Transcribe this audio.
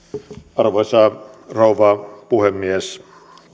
arvoisa rouva puhemies